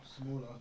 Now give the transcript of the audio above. Smaller